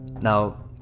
Now